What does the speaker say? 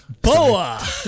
Boa